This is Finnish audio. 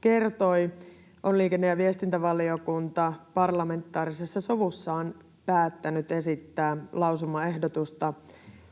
kertoi, on liikenne- ja viestintävaliokunta parlamentaarisessa sovussaan päättänyt esittää lausumaehdotusta,